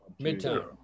midtown